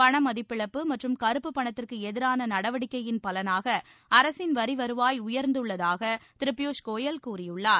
பணமதிப்பிழப்பு மற்றும் கருப்பு பணத்திற்கு எதிரான நடவடிக்கையின் பலனாக அரசின் வரி வருவாய் உயர்ந்துள்ளதாக திரு பியூஷ் கோயல் கூறியுள்ளார்